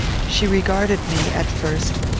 she regarded me, at first,